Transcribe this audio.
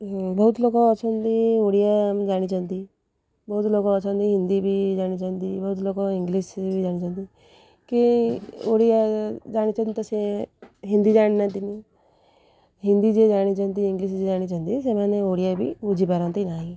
ବହୁତ ଲୋକ ଅଛନ୍ତି ଓଡ଼ିଆ ଜାଣିଛନ୍ତି ବହୁତ ଲୋକ ଅଛନ୍ତି ହିନ୍ଦୀ ବି ଜାଣିଛନ୍ତି ବହୁତ ଲୋକ ଇଂଲିଶ୍ ବି ଜାଣିଛନ୍ତି କି ଓଡ଼ିଆ ଜାଣିଛନ୍ତି ତ ସେ ହିନ୍ଦୀ ଜାଣିନାହାନ୍ତିନି ହିନ୍ଦୀ ଯିଏ ଜାଣିଛନ୍ତି ଇଂଲିଶ୍ ଯିଏ ଜାଣିଛନ୍ତି ସେମାନେ ଓଡ଼ିଆ ବି ବୁଝିପାରନ୍ତି ନାହିଁ